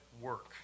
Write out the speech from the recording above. work